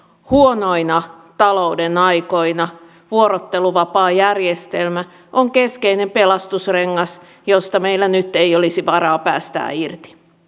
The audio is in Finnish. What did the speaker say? huonoina talouden aikoina vuorotteluvapaajärjestelmä on keskeinen pelastusrengas josta meillä nyt ei olisi varaa päästää irti